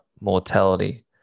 mortality